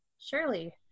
Surely